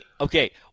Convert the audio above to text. okay